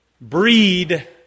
breed